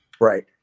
right